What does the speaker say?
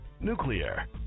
nuclear